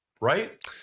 right